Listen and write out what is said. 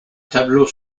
tableau